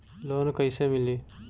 Loan कइसे मिली?